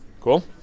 Cool